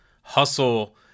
Hustle